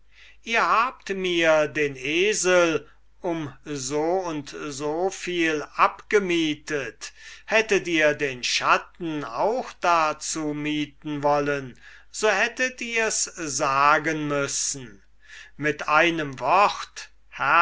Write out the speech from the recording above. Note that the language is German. ihr habt mir den esel um so und so viel abgemietet hättet ihr den schatten auch dazu mieten wollen so hättet ihrs sagen müssen mit einem wort